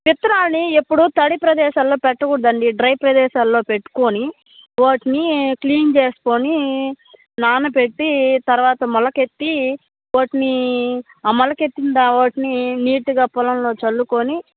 విత్తనాలని ఎపుడూ తడి ప్రదేశాల్లో పెట్టకూడదండి డ్రై ప్రదేశాల్లో పెట్టుకుని వాటిని క్లీన్ చేసుకుని నానబెట్టి తరువాత మొలకెత్తి వాటిని ఆ మొలకెత్తిన వాటిని నీట్గా పొలంలో చల్లుకుని